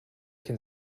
can